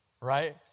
Right